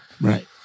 Right